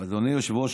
היושב-ראש,